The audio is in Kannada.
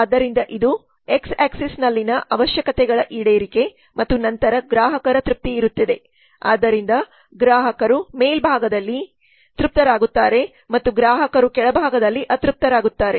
ಆದ್ದರಿಂದ ಇದು ಎಕ್ಸ್ ಆಕ್ಸಿಸ್ನಲ್ಲಿನ ಅವಶ್ಯಕತೆಗಳ ಈಡೇರಿಕೆ ಮತ್ತು ನಂತರ ಗ್ರಾಹಕರ ತೃಪ್ತಿ ಇರುತ್ತದೆ ಆದ್ದರಿಂದ ಗ್ರಾಹಕರು ಮೇಲ್ ಭಾಗದಲ್ಲಿ ತೃಪ್ತರಾಗುತ್ತಾರೆ ಮತ್ತು ಗ್ರಾಹಕರು ಕೆಳಭಾಗದಲ್ಲಿ ಅತೃಪ್ತರಾಗುತ್ತಾರೆ